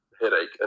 headache